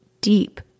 deep